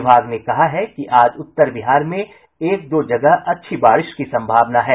विभाग ने कहा है कि आज उत्तर बिहार में एक दो जगह अच्छी बारिश की संभावना है